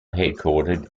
headquartered